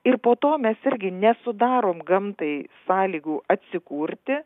ir po to mes irgi nesudarom gamtai sąlygų atsikurti